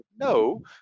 no